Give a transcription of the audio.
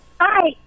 Hi